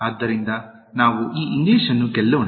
ಆದ್ದರಿಂದ ನಾವು ಈ ಇಂಗ್ಲಿಷ್ ಅನ್ನು ಗೆಲ್ಲೋಣ